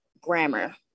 grammar